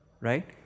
right